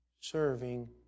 serving